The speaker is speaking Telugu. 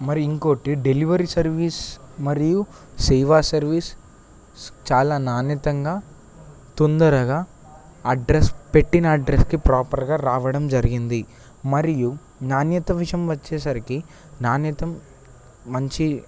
మరి ఇంకోటి డెలివరీ సర్వీస్ మరియు సేవా సర్వీస్ చాలా నాణ్యతగా తొందరగా అడ్రస్ పెట్టిన అడ్రస్కి ప్రాపర్గా రావడం జరిగింది మరియు నాణ్యత విషయం వచ్చేసరికి నాణ్యత మంచి